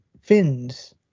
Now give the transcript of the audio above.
fins